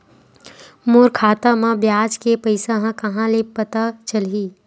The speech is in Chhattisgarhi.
मोर खाता म ब्याज के पईसा ह कहां ले पता चलही?